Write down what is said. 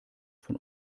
von